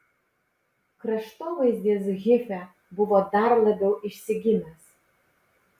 kraštovaizdis hife buvo dar labiau išsigimęs